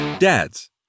Dads